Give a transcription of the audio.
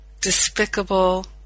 despicable